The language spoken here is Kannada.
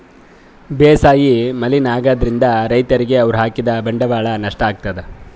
ಬೇಸಾಯ್ ಮಲಿನ್ ಆಗ್ತದ್ರಿನ್ದ್ ರೈತರಿಗ್ ಅವ್ರ್ ಹಾಕಿದ್ ಬಂಡವಾಳ್ ನಷ್ಟ್ ಆಗ್ತದಾ